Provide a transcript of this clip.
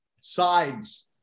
sides